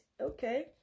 okay